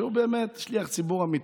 שהוא באמת שליח ציבור אמיתי.